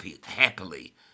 happily